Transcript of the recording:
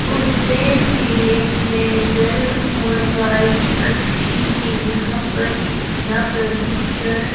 उज्जैन ज़िले में जल और वायु अच्छी हैं यहाँ पर इतना प्रदूषण